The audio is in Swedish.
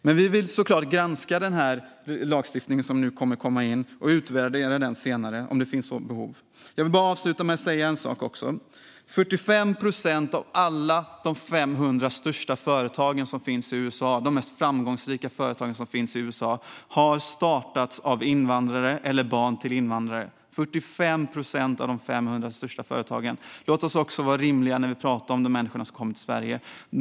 Men vi vill såklart granska den nya lagstiftning som nu kommer och utvärdera den senare, om det finns behov. Jag vill avsluta med att säga en sak: 45 procent av de 500 största och mest framgångsrika företagen i USA startades av invandrare eller barn till invandrare - 45 procent! Låt oss vara rimliga när vi pratar också om de människor som kommer till Sverige.